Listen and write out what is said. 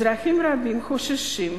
אזרחים רבים חוששים,